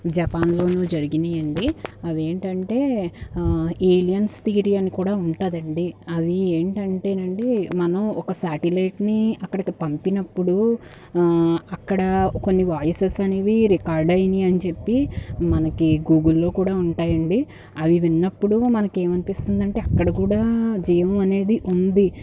జపాన్లోను జరిగినాయి అండి అవి ఏంటంటే ఏలియన్స్ థియరీ అని కూడా ఉంటుందండి అవి ఏంటంటే నండి మనం ఒక సాటిలైట్ని అక్కడికి పంపినప్పుడు అక్కడ కొన్ని వాయిసేస్ అనేవి రికార్డ్ అయినాయి అని చెప్పి మనకి గూగుల్లో కూడా ఉంటాయండి అవి విన్నప్పుడు మనకి ఏమనిపిస్తుంది అంటే అక్కడ కూడా జీవము అనేది ఉంది